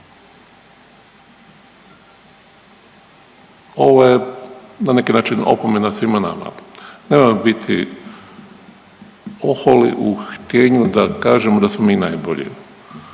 Ovo je na neki način opomena svima nama. Nemojmo biti oholi u htijenju da kažemo da smo mi najbolji.